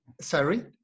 Sorry